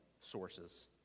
sources